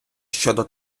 щодо